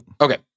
Okay